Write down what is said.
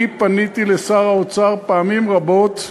פניתי לשר האוצר פעמים רבות,